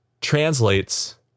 translates